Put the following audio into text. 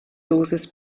dosis